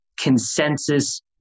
consensus